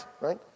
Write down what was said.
right